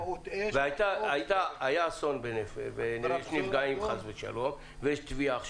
והיה אסון עם נפגשים חס ושלום, ויש תביעה עכשיו.